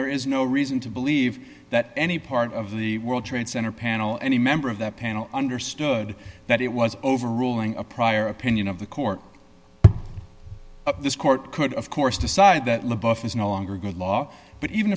there is no reason to believe that any part of the world trade center panel any member of that panel understood that it was overruling a prior opinion of the court this court could of course decide that leboeuf is no longer a good law but even